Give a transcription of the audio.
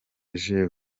jewe